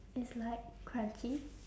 it's like crunchy